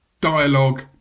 dialogue